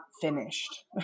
finished